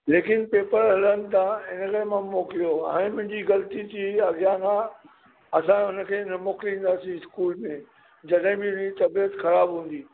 लेकिन पेपर हलनि था ऐं इन लाइ मां मोकिलियो हाणे मुंहिंजी ग़लती थी अॻियां खां असां हुन खे न मोकिलींदासीं स्कूल में जॾहिं बि हुन जी तबियत ख़राबु हूंदी